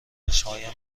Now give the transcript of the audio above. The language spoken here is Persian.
چشمهایم